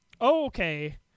Okay